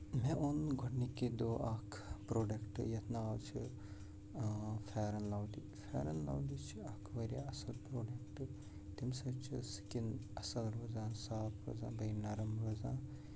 مےٚ اوٚن گۄڈنِکی دۄہ اَکھ پرٛوڈَکٹہٕ یَتھ ناو چھِ fair and lovely fair and lovely چھِ اکھ واریاہ اَصٕل پرٛوڈَکٹہٕ تَمہِ سۭتۍ چھِ سِکِن اَصٕل روزان صاف روزان بیٚیہِ نَرم روزان